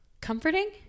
comforting